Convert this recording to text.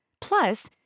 Plus